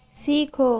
سیکھو